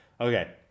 Okay